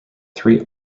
three